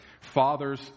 fathers